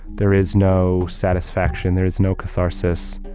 there is no satisfaction. there is no catharsis